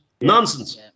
Nonsense